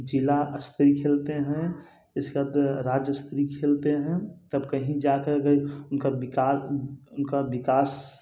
ज़िला स्तरीय खेलते हैं इसके बाद राज्य स्तरीय खेलते हैं तब कहीं जा कर उनका विकाल उनका विकास